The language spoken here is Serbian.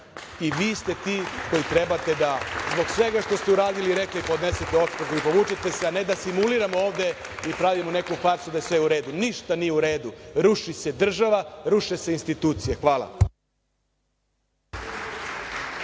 i vi ste ti koji trebate da zbog svega što ste uradili i rekli podnesete ostavku i povučete se, a ne da simuliramo ovde i pravimo neku farsu da je sve u redu. Ništa nije u redu. Ruši se država, ruše se institucije. Hvala.